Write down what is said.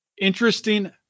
interesting